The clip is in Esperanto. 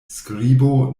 skribo